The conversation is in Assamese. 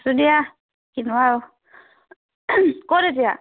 আছো দিয়া কিনো আৰু ক'ত এতিয়া